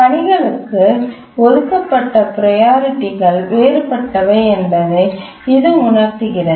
பணிகளுக்கு ஒதுக்கப்பட்ட ப்ரையாரிட்டிகள் வேறுபட்டவை என்பதை இது உணர்த்துகிறது